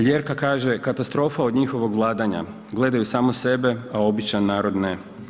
Ljerka kaže, katastrofa od njihovog vladanja, gledaju samo sebe, a običan narod ne.